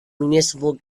municipal